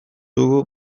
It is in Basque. dugu